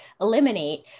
eliminate